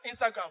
Instagram